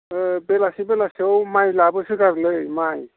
बेलासे बेलासेयाव माइ लाबोसोगारोलै माइ